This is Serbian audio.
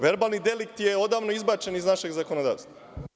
Verbalni delikt je odavno izbačen iz našeg zakonodavstva.